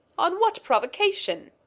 on what provocation?